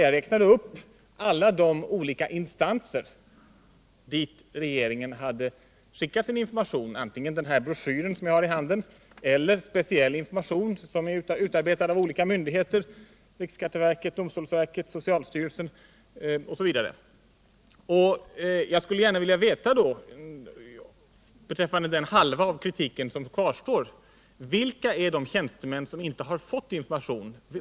Jag räknade upp alla de olika instanser dit regeringen skickat sin information, antingen genom den broschyr som jag har här i min hand eller genom speciell information som utarbetats av olika myndigheter: riksskatteverket, domstolsverket, socialstyrelsen m.fl. Beträffande den halva av kritiken som kvarstår skulle jag gärna vilja veta: Vilka är de tjänstemän som inte har fått information?